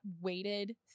weighted